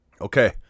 Okay